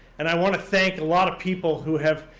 and i wanna thank a lot of people who have,